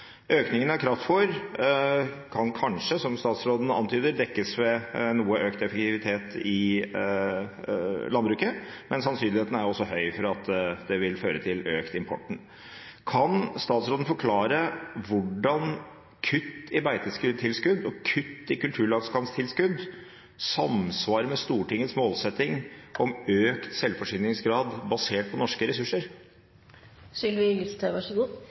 Økningen av kraftfôr kan kanskje – som statsråden antyder – dekkes ved noe økt effektivitet i landbruket, men sannsynligheten er høy for at det også vil føre til økt import. Kan statsråden forklare hvordan kutt i beitetilskudd og kutt i kulturlandskapstilskudd samsvarer med Stortingets målsetting om økt selvforsyningsgrad, basert på norske